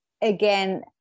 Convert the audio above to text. again